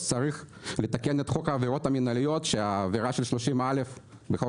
אז צריך לתקן את חוק העבירות המנהליות כך שהעבירה של 30(א) בחוק